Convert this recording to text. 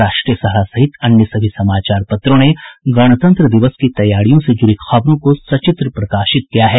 राष्ट्रीय सहारा सहित अन्य सभी समाचार पत्रों ने गणतंत्र दिवस की तैयारियों से जुड़ी खबरों को सचित्र प्रकाशित किया है